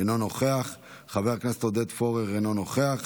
אינו נוכח,